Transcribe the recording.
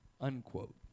unquote